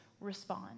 respond